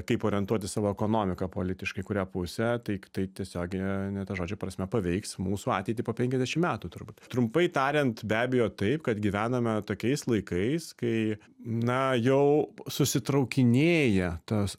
kaip orientuoti savo ekonomiką politiškai į kurią pusę tai tai tiesiogine ta žodžio prasme paveiks mūsų ateitį po penkiasdešimt metų turbūt trumpai tariant be abejo taip kad gyvename tokiais laikais kai na jau susitraukinėja tas